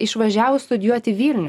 išvažiavus studijuot į vilnių